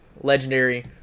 legendary